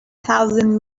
thousand